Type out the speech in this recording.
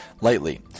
lightly